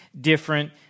different